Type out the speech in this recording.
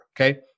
okay